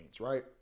right